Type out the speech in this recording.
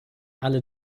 alle